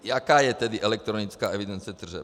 Jaká je tedy elektronická evidence tržeb?